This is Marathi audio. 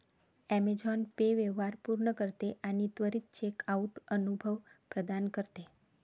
ॲमेझॉन पे व्यवहार पूर्ण करते आणि त्वरित चेकआउट अनुभव प्रदान करते